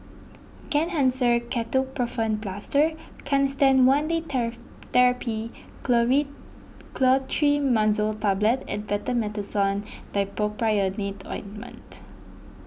Kenhancer Ketoprofen Plaster Canesten one Day therapy glory Clotrimazole Tablet and Betamethasone Dipropionate Ointment